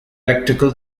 electrical